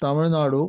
Tamil Nadu